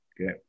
okay